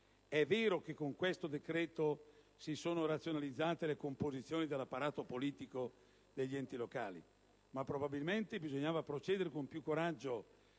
È vero che con questo decreto si sono razionalizzate le composizioni dell'apparato politico degli enti locali, ma probabilmente bisognava procedere con più coraggio